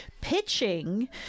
pitching